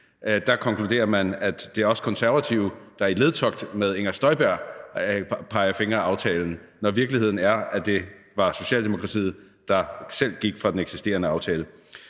at konkludere, at det er os Konservative, der i ledtog med Inger Støjberg peger fingre af aftalen, når virkeligheden er, at det var Socialdemokratiet, der selv gik fra den eksisterende aftale.